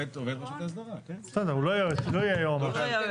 בסדר, הוא לא יהיה יועמ"ש.